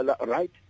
Right